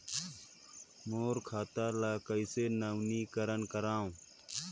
मोर खाता ल कइसे नवीनीकरण कराओ?